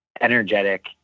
energetic